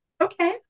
Okay